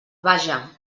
vaja